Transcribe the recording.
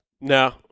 No